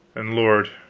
and lord,